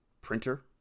printer